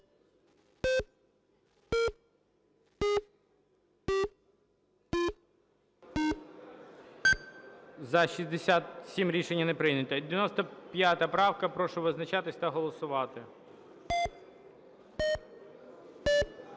За-61 Рішення не прийнято. 3137. Прошу визначатись та голосувати.